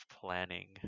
planning